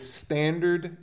standard